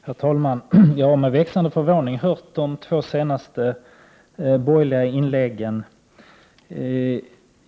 Herr talman! Jag har med växande förvåning hört de två senaste inläggen från borgerliga ledamöter.